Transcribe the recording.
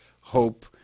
hope